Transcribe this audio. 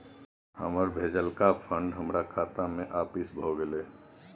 हमर भेजलका फंड हमरा खाता में आपिस भ गेलय